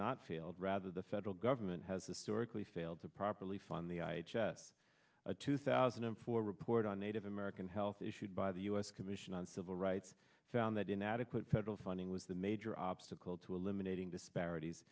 not failed rather the federal government has historically failed to properly fund the i gess a two thousand and four report on native american health issued by the u s commission on civil rights found that inadequate federal funding was the major obstacle to eliminating disparities